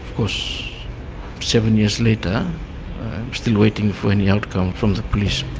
course seven years later i'm still waiting for any outcome from the police.